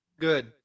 good